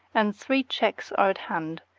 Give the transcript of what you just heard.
and three checks are at hand,